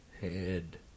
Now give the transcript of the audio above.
head